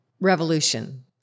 Revolution